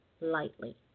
lightly